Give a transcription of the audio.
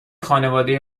خانواده